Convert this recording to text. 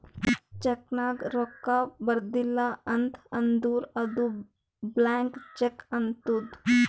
check ನಾಗ್ ರೊಕ್ಕಾ ಬರ್ದಿಲ ಅಂತ್ ಅಂದುರ್ ಅದು ಬ್ಲ್ಯಾಂಕ್ ಚೆಕ್ ಆತ್ತುದ್